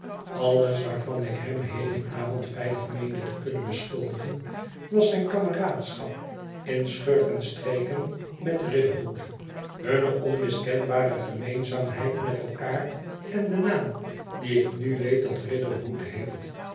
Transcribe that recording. waarvan ik hem heden avond veilig meende te kunnen beschuldigen was zijn kameraadschap in schurkenstreken met riderhood hunne onmiskenbare gemeenzaamheid met elkaar en de naam dien ik nu weet dat riderhood heeft